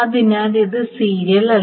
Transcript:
അതിനാൽ ഇത് സീരിയൽ അല്ല